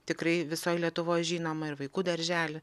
tikrai visoj lietuvoj žinomą ir vaikų darželį